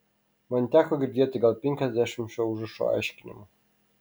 man teko girdėti gal penkiasdešimt šio užrašo aiškinimų